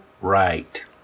right